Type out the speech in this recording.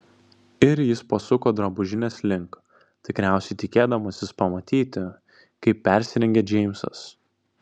ir jis pasuko drabužinės link tikriausiai tikėdamasis pamatyti kaip persirengia džeimsas